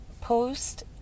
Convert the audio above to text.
post